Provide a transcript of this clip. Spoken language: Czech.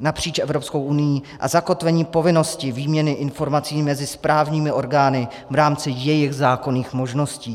napříč Evropskou unií a zakotvení povinnosti výměny informací mezi správními orgány v rámci jejich zákonných možností.